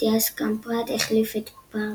מתיאס קמפראד החליף את פר